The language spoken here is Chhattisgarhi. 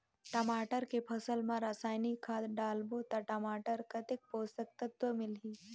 टमाटर के फसल मा रसायनिक खाद डालबो ता टमाटर कतेक पोषक तत्व मिलही?